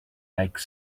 like